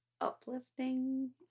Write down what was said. uplifting